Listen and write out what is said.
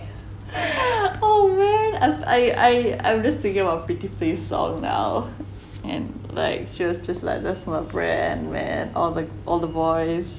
oh man I I I'm just thinking about prettyface song now and like she's was just like a smart brand where all the all the boys